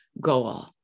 goal